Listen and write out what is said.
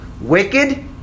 Wicked